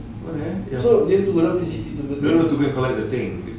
so you have to go down C_C to go to the thing